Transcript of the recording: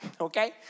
okay